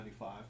95